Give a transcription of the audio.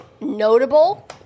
notable